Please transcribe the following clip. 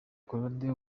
claude